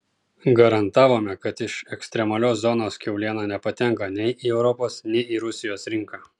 garantavome kad iš ekstremalios zonos kiauliena nepatenka nei į europos nei į rusijos rinką